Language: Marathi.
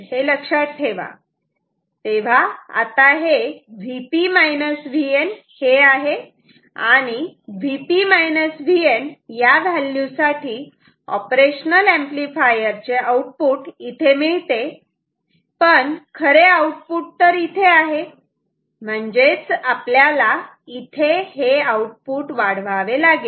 तेव्हा आता हे Vp Vn हे आहे आणि Vp Vn या व्हॅल्यू साठी ऑपरेशनल ऍम्प्लिफायर चे आउटपुट इथे मिळते पण खरे आउटपुट तर इथे आहे म्हणजेच आपल्याला इथे हे आउटपुट वाढवावे लागेल